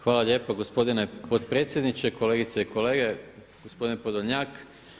Hvala lijepa gospodine potpredsjedniče, kolegice i kolege, gospodine Podolnjak.